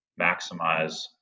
maximize